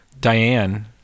Diane